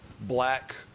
black